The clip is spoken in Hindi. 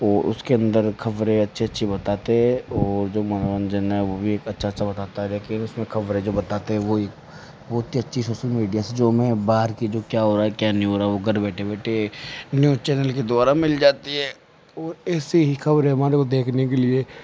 ओ उसके अंदर खबरें अच्छी अच्छी बताते हैं और जो मनोरंजन है वो भी एक अच्छा अच्छा बताता है लेकिन उसमें खबरें जो बताते हैं वोही वो इतनी अच्छी सोसल मीडिया से जो हमें बाहर की जो क्या हो रहा क्या नहीं हो रहा वो घर बैठे बैठे न्यूज चैनल की द्वारा मिल जाती है और ऐसी ही खबरें हमारे को देखने के लिए